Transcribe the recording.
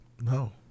No